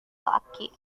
laki